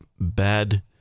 bad